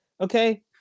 Okay